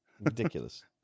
Ridiculous